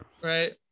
Right